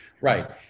right